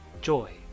joy